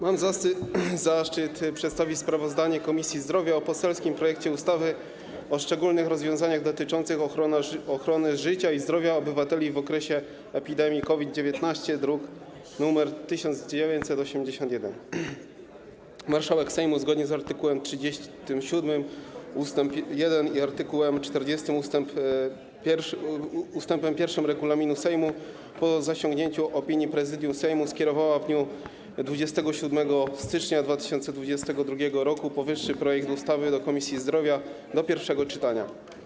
Mam zaszczyt przedstawić sprawozdanie Komisji Zdrowia o poselskim projekcie ustawy o szczególnych rozwiązaniach dotyczących ochrony życia i zdrowia obywateli w okresie epidemii COVID-19, druk nr 1981. Marszałek Sejmu, zgodnie z art. 37 ust. 1 i art. 40 ust. 1 regulaminu Sejmu, po zasięgnięciu opinii Prezydium Sejmu, skierowała w dniu 27 stycznia 2022 r. powyższy projekt ustawy do Komisji Zdrowia do pierwszego czytania.